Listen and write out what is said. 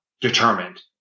determined